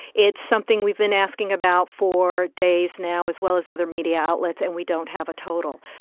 it's something we've been asking about for days now, as well as other media outlets, and we don't have a total.